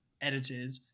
edited